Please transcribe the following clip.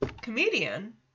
comedian